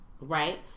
right